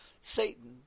Satan